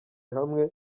hamwe